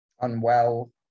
Unwell